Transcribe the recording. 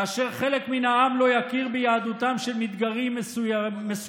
כאשר חלק מהעם לא יכיר ביהדותם של מגזרים מסוימים